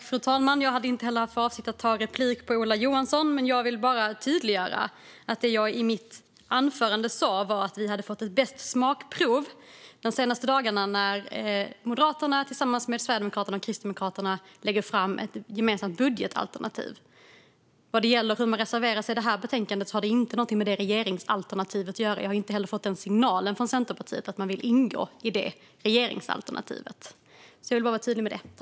Fru talman! Jag hade inte heller för avsikt att ta replik på Ola Johansson. Jag vill bara tydliggöra att det jag sa i mitt anförande var att vi har fått ett beskt smakprov de senaste dagarna när Moderaterna tillsammans med Sverigedemokraterna och Kristdemokraterna lagt fram ett gemensamt budgetalternativ. Hur man reserverar sig i detta betänkande har inte någonting med det regeringsalternativet att göra. Jag har inte heller fått någon signal från Centerpartiet om att man vill ingå i detta regeringsalternativ. Jag ville vara tydlig med det.